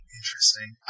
interesting